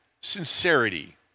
sincerity